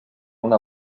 una